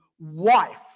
wife